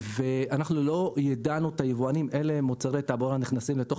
ואנחנו יידענו את היבואנים אילו מוצרי תעבורה נכנסים לתוך